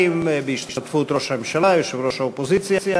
בהשתתפות ראש הממשלה ויושב-ראש האופוזיציה,